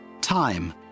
Time